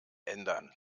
ändern